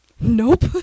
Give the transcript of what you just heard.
Nope